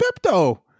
Pepto